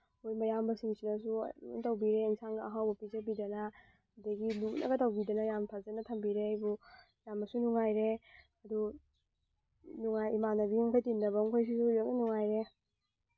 ꯃꯣꯏ ꯃꯌꯥꯝꯕꯁꯤꯡꯁꯤꯅꯁꯨ ꯂꯨ ꯇꯧꯕꯤꯔꯦ ꯌꯦꯟꯁꯥꯡꯒ ꯑꯍꯥꯎꯕ ꯄꯤꯖꯕꯤꯗꯅ ꯑꯗꯒꯤ ꯂꯨꯅꯒ ꯇꯧꯕꯤꯗꯅ ꯌꯥꯝ ꯐꯖꯅ ꯊꯝꯕꯤꯔꯦ ꯑꯩꯕꯨ ꯌꯥꯝꯅꯁꯨ ꯅꯨꯡꯉꯥꯏꯔꯦ ꯑꯗꯨ ꯅꯨꯡꯉꯥꯏ ꯏꯃꯥꯟꯅꯕꯤ ꯃꯈꯩ ꯇꯤꯟꯅꯕ ꯃꯈꯩꯁꯤꯁꯨ ꯂꯣꯏ ꯅꯨꯡꯉꯥꯏꯔꯦ